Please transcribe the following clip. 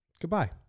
goodbye